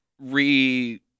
re